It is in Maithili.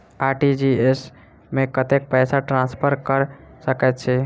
आर.टी.जी.एस मे कतेक पैसा ट्रान्सफर कऽ सकैत छी?